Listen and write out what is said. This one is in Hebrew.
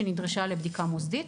שנדרשה לבדיקה מוסדית.